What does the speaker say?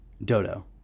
Dodo